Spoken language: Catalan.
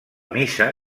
missa